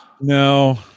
No